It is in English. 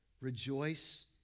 Rejoice